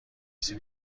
سیب